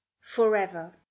forever